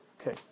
Okay